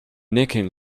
nicking